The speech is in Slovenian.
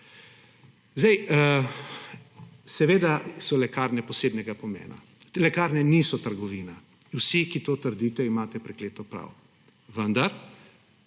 prodaja. Seveda so lekarne posebnega pomena. Lekarne niso trgovina. Vsi, ki to trdite, imate prekleto prav. Vendar